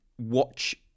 watch